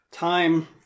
time